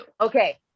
Okay